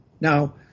Now